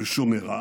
בשומרה,